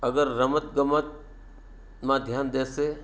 અગર રમતગમતમાં ધ્યાન દેશે